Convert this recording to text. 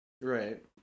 Right